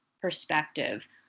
perspective